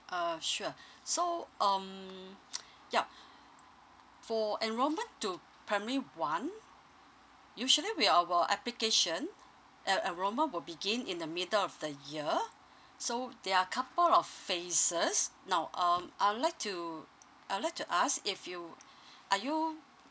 uh sure so um yup for enrollment to primary one usually we our application e~ enrollment will begin in the middle of the year so there are couple of phases now um I would like to I would like to ask if you are you